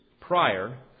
prior